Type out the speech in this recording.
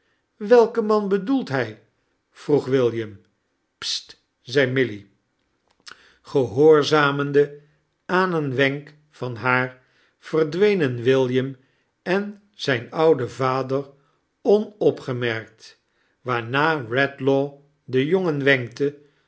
welken man bedoelt hij vroeg william stt zei milly gehoorzamende aan een wenk van haar verdwenen william en zijn oude vader omopgemerkt waarna redlaw den jongen wenkte